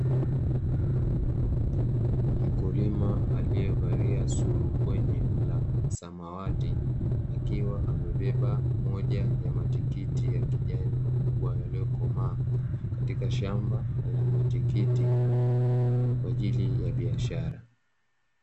Mkulima aliyevalia surukwenye la samawati akiwa amebeba moja ya matikiti ya kijani makubwa yaliyokomaa katika shamba la matikiti kwa ajili ya biashara.